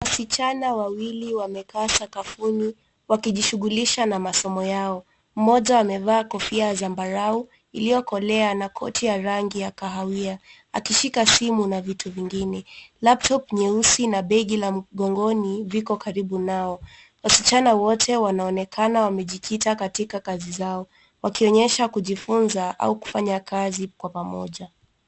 Wasichana wawili wamekaa sakafuni wakijishughulisha na masomo yao. Mmoja amevaa kofia ya zambarau iliyokolea na koti ya rangi ya kahawia akishika simu na vitu vingine. Laptop nyeusi na begi la mgongoni viko karibu nao. Wasichana wote wanaonekana wamejikita katika kazi zao wakionyesha kujifunza au kufanya kazi kwa pamoja.